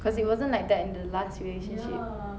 cause it wasn't like that in the last relationship